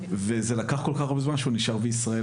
זה לקח כל כך הרבה זמן ולכן הוא נשאר בישראל.